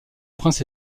prince